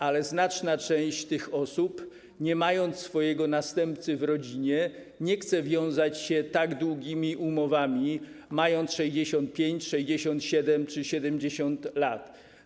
Ale znaczna część tych osób, nie mając swojego następcy w rodzinie, nie chce wiązać się tak długimi umowami w wieku 65, 66 czy 70 lat.